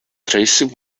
tracey